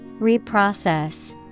Reprocess